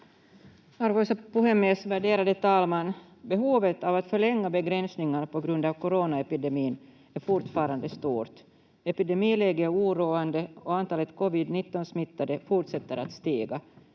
Arvoisa puhemies, värderade talman! Behovet av att förlänga begränsningar på grund av coronaepidemin är fortfarande stort. Epidemiläget är oroande och antalet covid-19-smittade fortsätter att stiga.